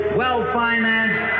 well-financed